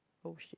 oh shit